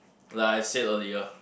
like I said earlier